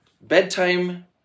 bedtime